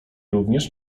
również